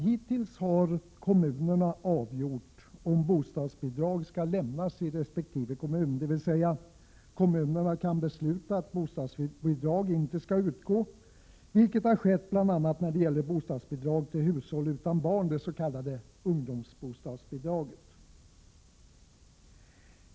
Hittills har kommunerna avgjort om bostadsbidrag skall lämnas i resp. kommun, dvs. kommunerna kan besluta att bostadsbidrag inte skall utgå, vilket har skett bl.a. beträffande bostadsbidrag till hushåll utan barn, det s.k. ungdomsbostadsbidraget.